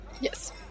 Yes